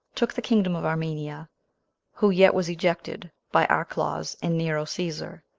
took the kingdom of armenia who yet was ejected by archelaus and nero caesar,